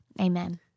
Amen